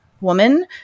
woman